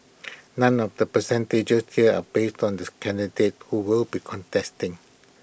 none of the percentages here are based on this candidates who will be contesting